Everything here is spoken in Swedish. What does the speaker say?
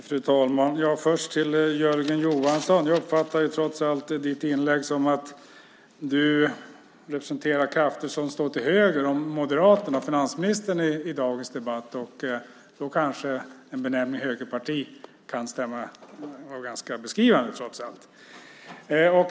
Fru talman! Först vänder jag mig till Jörgen Johansson. Jag uppfattade trots allt ditt inlägg som att du representerar krafter som står till höger om Moderaterna och finansministern i dagens debatt. Då kanske benämningen högerparti kan vara ganska beskrivande trots allt.